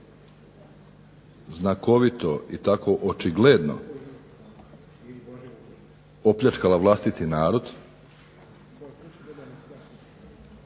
znakovito i tako očigledno opljačkala vlastiti narod